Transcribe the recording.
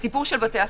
בתי הספר,